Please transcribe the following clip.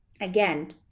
again